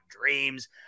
dreams